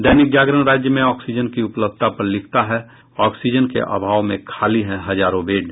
दैनिक जागरण राज्य में ऑक्सीजनक की उपलब्धता पर लिखा है ऑक्सीजन के अभाव में खाली हैं हजार बेड